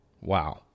Wow